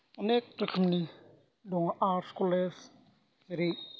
अनेक रोखोमनि दङ आर्त्स कलेज ओरै